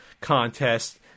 contest